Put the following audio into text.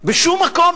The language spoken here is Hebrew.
בשום מקום,